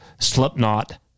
Slipknot